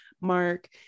mark